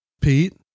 Pete